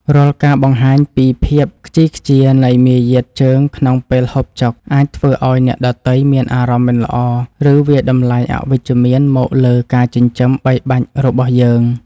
រាល់ការបង្ហាញពីភាពខ្ជីខ្ជានៃមារយាទជើងក្នុងពេលហូបចុកអាចធ្វើឱ្យអ្នកដទៃមានអារម្មណ៍មិនល្អ ឬ វាយតម្លៃអវិជ្ជមានមកលើការចិញ្ចឹមបីបាច់របស់យើង។